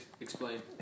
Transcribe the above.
Explain